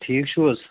ٹھیٖک چھُو حظ